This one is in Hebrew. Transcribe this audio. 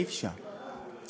אי-אפשר.